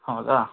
ಹೌದಾ